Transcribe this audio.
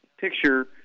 picture